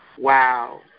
Wow